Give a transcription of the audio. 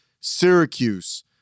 Syracuse